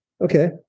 Okay